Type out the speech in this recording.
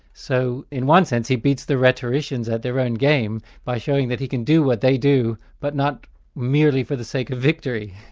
so in one sense he beats the rhetoricians at their own game by showing that he can do what they do, but not merely for the sake of victory.